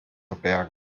verbergen